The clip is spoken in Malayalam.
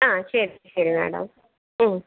ആ ശരി ശരി മാഡം